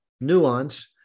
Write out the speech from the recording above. nuance